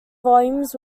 volumes